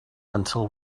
until